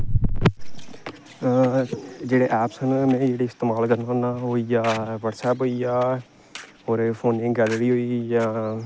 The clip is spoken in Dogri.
हा जेहड़ी एपस में इस्तेमाल करना आं ज्यादा बटसऐप होई गेआ और फोने दी गैलरी होई गेई